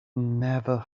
never